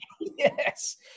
yes